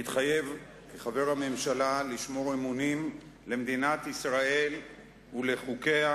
מתחייב כחבר הממשלה לשמור אמונים למדינת ישראל ולחוקיה,